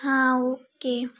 हां ओके